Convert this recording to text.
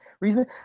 reason